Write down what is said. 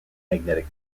magnetic